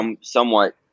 somewhat